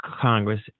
Congress